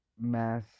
mass